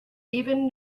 even